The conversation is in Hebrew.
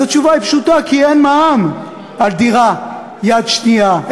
אז התשובה היא פשוטה: כי אין מע"מ על דירה יד שנייה,